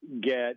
get